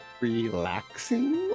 relaxing